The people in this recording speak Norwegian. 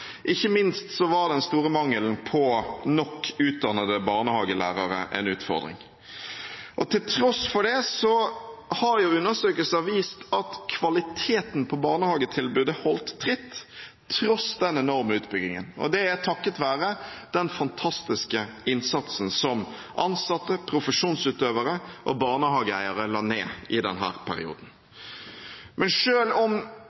Ikke minst var den store mangelen på nok utdannede barnehagelærere en utfordring. Til tross for det har undersøkelser vist at kvaliteten på barnehagetilbudet holdt tritt, tross den enorme utbyggingen. Det er takket være den fantastiske innsatsen som ansatte, profesjonsutøvere og barnehageeiere la ned i denne perioden. Men selv om